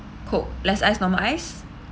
Coke less ice normal ice